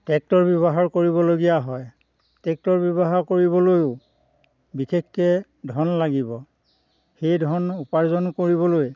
tractor ব্যৱহাৰ কৰিবলগীয়া হয় টেক্টৰ ব্যৱহাৰ কৰিবলৈও বিশেষকে ধন লাগিব সেই ধন উপাৰ্জন কৰিবলৈ